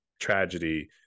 tragedy